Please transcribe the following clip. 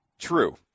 True